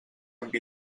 amb